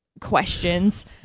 questions